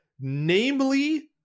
namely